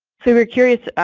so we're curious,